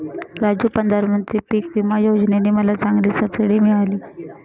राजू प्रधानमंत्री पिक विमा योजने ने मला चांगली सबसिडी मिळाली